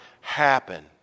happen